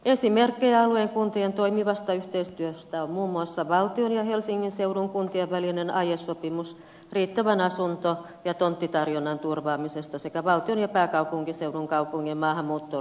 esimerkkejä alueen kuntien toimivasta yhteistyöstä ovat muun muassa valtion ja helsingin seudun kuntien välinen aiesopimus riittävän asunto ja tonttitarjonnan turvaamisesta sekä valtion ja pääkaupunkiseudun kaupunkien maahanmuuttoon liittyvä aiesopimus